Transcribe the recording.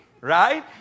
right